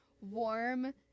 warm